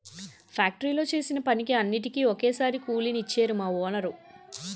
ఫ్యాక్టరీలో చేసిన పనికి అన్నిటికీ ఒక్కసారే కూలి నిచ్చేరు మా వోనరు